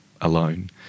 alone